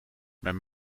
mijn